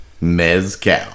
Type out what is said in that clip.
mezcal